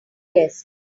desk